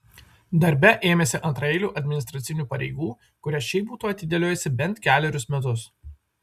darbe ėmėsi antraeilių administracinių pareigų kurias šiaip būtų atidėliojusi bent kelerius metus